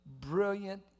brilliant